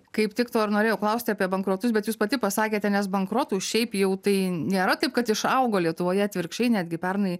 kaip tik to ir norėjau klausti apie bankrotus bet jūs pati pasakėte nes bankrotų šiaip jau tai nėra taip kad išaugo lietuvoje atvirkščiai netgi pernai